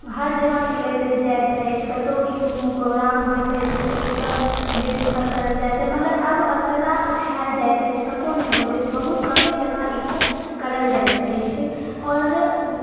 हर जगह खेलैत जाइत अछि कतौ भी कोनो प्रोग्राम होइत अछि तऽ ई सभ नृत्य सभ करल जाइत मगर अब अकरा उठाओल जाइत अछि कतौ नहि होइत अछि बहुत कमे जगह ई सभ करल जाइत अछि आओर